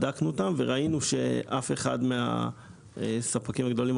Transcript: בדקנו אותם וראינו שאף אחד מהספקים הגדולים